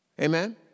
Amen